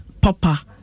Papa